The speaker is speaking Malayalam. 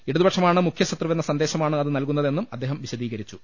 ഇടതുപക്ഷമാണ് മുഖ്യശത്രുവെന്ന സന്ദേശമാണ് അത് നല്കുന്നതെന്നും അദ്ദേഹം വിശദീകരിച്ചു